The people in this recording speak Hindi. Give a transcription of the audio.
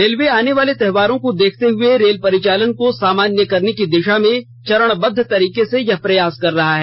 रेलवे ने आनेवाले त्यौहारों को देखते हुए रेल परिचालन को सामान्य करने की दिशा में चरणबद्व तरीके से यह प्रयास कर रहा है